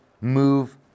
move